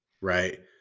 right